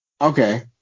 Okay